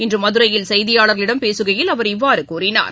இன்றுமதுரையில் செய்தியாளர்களிடம் பேசுகையில் அவர் இவ்வாறுகூறினார்